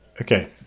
Okay